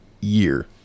year